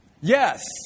Yes